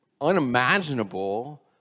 unimaginable